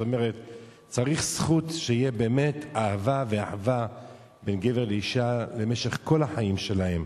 צריך זכות שתהיה אהבה ואחווה בין גבר לאשה למשך כל החיים שלהם.